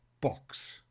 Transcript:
box